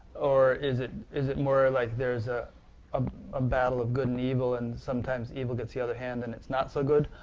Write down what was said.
or is it is it more like there is a um ah battle of good and evil and sometimes the evil gets the upper hand and it's not so good?